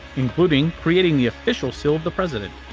including creating the official seal of the president!